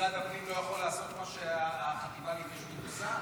משרד הפנים לא יכול לעשות את מה שהחטיבה להתיישבות עושה?